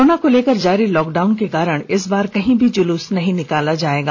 corona को लेकर जारी लॉकडाउन के कारण इस बार कहीं भी जूलुस नहीं निकलेगा